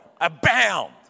abound